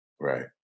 Right